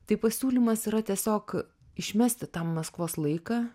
tai pasiūlymas yra tiesiog išmesti tą maskvos laiką